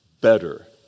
better